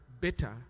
better